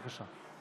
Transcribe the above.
בבקשה.